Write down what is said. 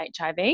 HIV